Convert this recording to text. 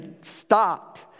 stopped